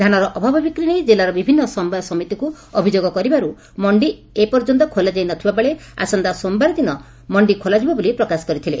ଧାନର ଅଭାବ ବିକ୍ରି ନେଇ କିଲ୍ଲାର ବିଭିନ୍ନ ସମବାୟ ସମିତିକୁ ଅଭିଯୋଗ କରିବାରୁ ମଣ୍ଡି ଏଯାବତ୍ ଖୋଲାଯାଇ ନ ଥିବାବେଳେ ଆସନ୍ତା ସୋମବାରଦିନ ମଣ୍ଡି ଖୋଲାଯିବ ବୋଲି ପ୍ରକାଶ କରିଥିଲେ